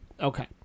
Okay